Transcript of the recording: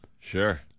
Sure